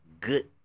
good